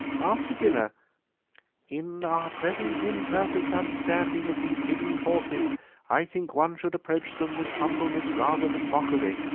after dinner in our present imperfect understanding of these hidden forces i think one should approach them with humbleness rather than mockery,